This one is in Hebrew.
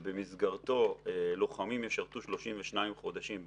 שבמסגרתו לוחמים ישרתו 32 חודשים,